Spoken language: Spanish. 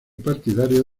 partidario